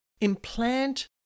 implant